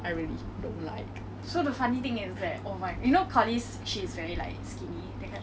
I really don't like